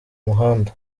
muhanda